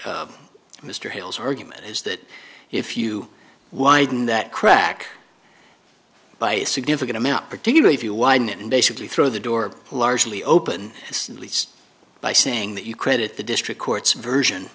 mr hill's argument is that if you widen that crack by a significant amount particularly if you wind it and basically throw the door largely open and least by saying that you credit the district court's version